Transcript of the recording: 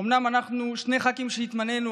אומנם אנחנו שני ח"כים שהתמנינו,